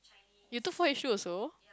you took four H-two also